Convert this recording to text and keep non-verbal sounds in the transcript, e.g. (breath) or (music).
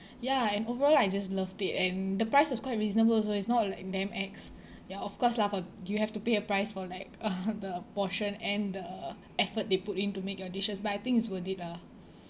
ya and overall I just loved it and the price was quite reasonable also it's not like damn ex (breath) ya of course lah for you have to pay a price for like (laughs) the portion and the effort they put in to make your dishes but I think it's worth it lah